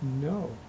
No